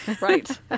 Right